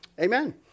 Amen